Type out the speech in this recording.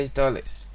dollars